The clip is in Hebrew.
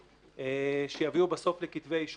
נסיבות מחמירות באזרחי.